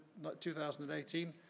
2018